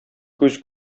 күз